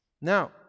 Now